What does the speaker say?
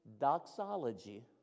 doxology